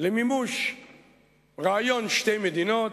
למימוש רעיון שתי מדינות.